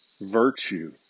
virtue